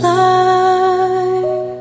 life